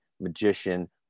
magician